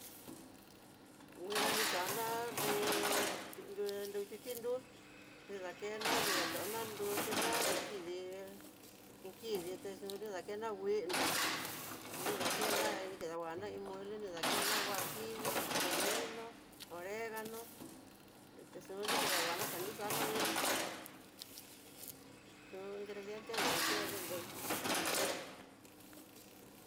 Nguina ni xana nreyú, he nruxhi tinrú, ni dakena ni dachioná, nruxhina iin kidi iin kidii texu ni dakena, nguindé ni dakena ni kidanguana iin mueble ni ndakena huajillo, comino, oregano etixun ni kedanguana xanixana nguana xun ingrediente ño ken'no nréi ujun.